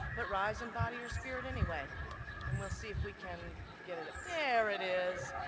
but rise in body or spirit anyway and we'll see if we can get it up. there it is.